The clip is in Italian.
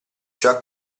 ciò